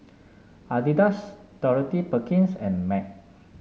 Adidas Dorothy Perkins and Mac